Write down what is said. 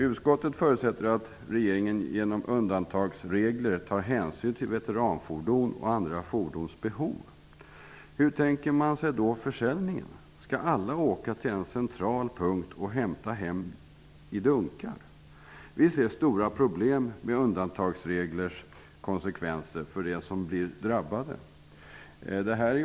Utskottet förutsätter att regeringen genom undantagsregler tar hänsyn till de behov som finns vad gäller veteranfordon och andra fordon. Hur tänker man sig försäljningen? Skall alla åka till en central punkt och hämta hem bensin i dunkar? Vi ser stora problem med undantagsreglernas konsekvenser för dem som blir drabbade.